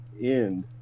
End